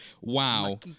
Wow